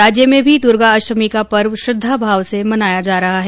राज्य में भी दुर्गा अष्टमी का पर्व श्रद्वा भाव से मनाया जा रहा है